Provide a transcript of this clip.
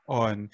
on